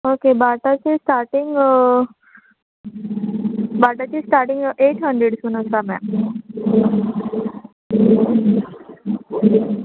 okay बाटाचें starting बाटाचें starting eight हंड्रेडसून आसा मॅम